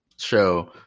show